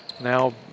Now